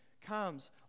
comes